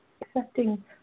accepting